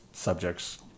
subjects